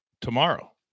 tomorrow